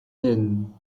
inn